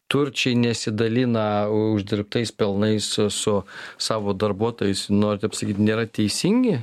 turčiai nesidalina uždirbtais pelnais su savo darbuotojais norite pasakyt nėra teisingi